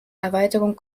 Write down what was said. erweiterung